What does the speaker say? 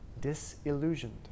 disillusioned